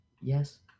Yes